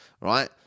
right